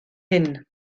hyn